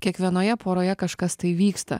kiekvienoje poroje kažkas tai vyksta